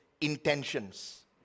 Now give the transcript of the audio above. intentions